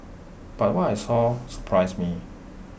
but what I saw surprised me